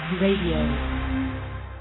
radio